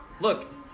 look